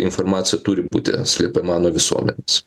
informacija turi būti slepiama nuo visuomenės